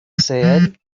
said